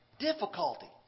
difficulty